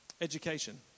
education